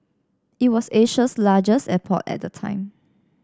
it was Asia's largest airport at the time